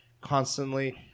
constantly